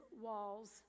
walls